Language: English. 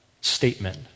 statement